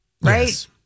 Right